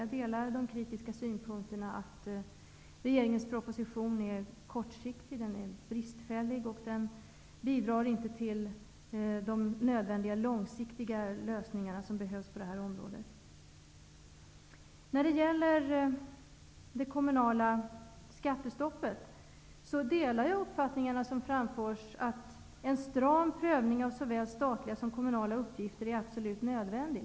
Jag delar de kritiska synpunkterna om att regeringens proposition är bristfällig, kortsiktig och inte bidrar till de nödvändiga långsiktiga lösningar som behövs på detta område. När det gäller det kommunala skattestoppet delar jag den uppfattning som framförts, att en stram prövning av såväl statliga som kommunala utgifter är absolut nödvändig.